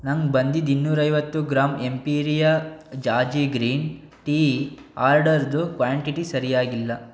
ನಂಗೆ ಬಂದಿದ್ದ ಇನ್ನೂರ ಐವತ್ತು ಗ್ರಾಮ್ ಎಂಪೀರಿಯಾ ಜಾಜಿ ಗ್ರೀನ್ ಟೀ ಆರ್ಡರ್ದು ಕ್ವಾಂಟಿಟಿ ಸರಿಯಾಗಿಲ್ಲ